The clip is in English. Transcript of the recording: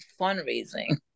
fundraising